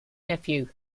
nephew